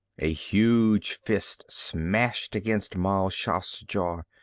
a huge fist smashed against mal shaff's jaw.